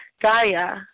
Gaia